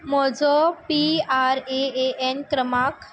म्हजो P R A A N क्रमांक